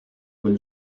quel